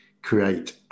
create